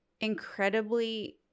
incredibly